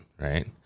right